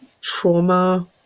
trauma